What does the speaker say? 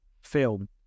film